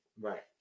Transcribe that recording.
Right